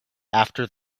after